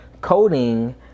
coding